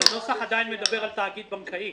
אבל הנוסח עדיין מדבר על תאגיד בנקאי.